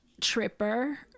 tripper